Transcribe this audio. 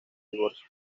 divorcio